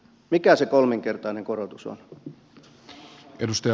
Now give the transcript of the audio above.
mikä se kolminkertainen korotus on